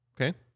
Okay